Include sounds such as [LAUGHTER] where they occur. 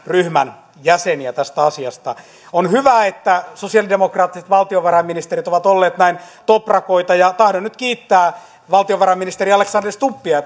ryhmän jäseniä tästä asiasta on hyvä että sosialidemokraattiset valtiovarainministerit ovat olleet näin toprakoita ja tahdon nyt kiittää valtionvarainministeri alexander stubbia [UNINTELLIGIBLE]